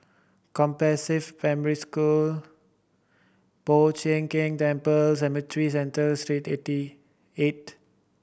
Compassvale Primary School Po Chiak Keng Temple Cemetry Central Street eighty eight